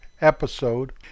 episode